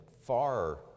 far